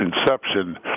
Inception